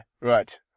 right